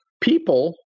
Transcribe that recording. people